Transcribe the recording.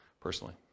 personally